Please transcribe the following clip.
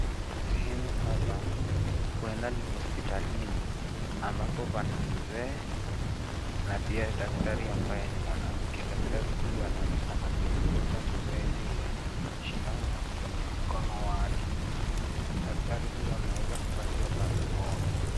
Sehemu hapa, huenda ni hospitalini ambapo pana mzee na pia daktari ambaye ni mwanamke. Daktari huyu anaonekana kumdunga mzee yule, shindano kwenye mkono wake. Daktari huyu ameweza kuvalia barakoa.